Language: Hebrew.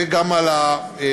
וגם על הקבלנים.